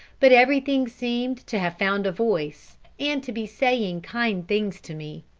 but everything seemed to have found a voice, and to be saying kind things to me.